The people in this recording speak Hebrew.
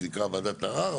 שהוועדה המקומית ממשיכה לזלזל,